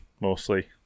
mostly